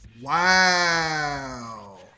Wow